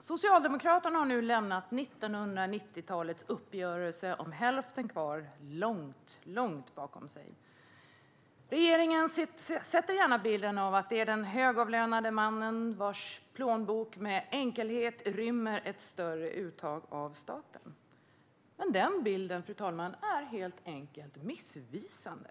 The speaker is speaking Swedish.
Socialdemokraterna har nu lämnat 1990-talets uppgörelse om hälften kvar långt bakom sig. Regeringen sätter gärna bilden av den högavlönade mannen vars plånbok med enkelhet rymmer ett större uttag av staten. Men den bilden, fru talman, är helt enkelt missvisande.